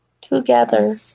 Together